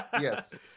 Yes